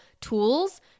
tools